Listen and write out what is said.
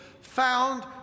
found